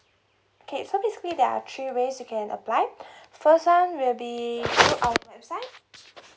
okay so basically there are three ways you can apply first time will be go to our website